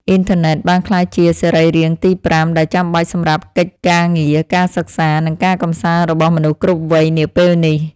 អ៊ីនធឺណិតបានក្លាយជាសរីរាង្គទីប្រាំដែលចាំបាច់សម្រាប់កិច្ចការងារ ការសិក្សា និងការកម្សាន្តរបស់មនុស្សគ្រប់វ័យនាពេលនេះ។